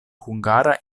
hungara